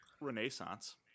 renaissance